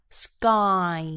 sky